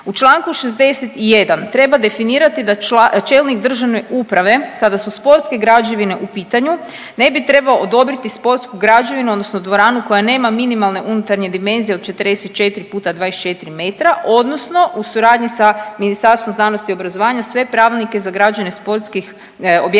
U Članku 61. treba definirati da čelnik državne uprave kada su sportske građevine u pitanju ne bi trebao odobriti sportsku građevinu odnosno dvoranu koja nema minimalne unutarnje dimenzije od 44 x 24 metra odnosno u suradnji sa Ministarstvom znanosti i obrazovanja sve pravilnike za građenje sportskih objekata